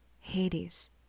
Hades